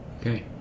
Okay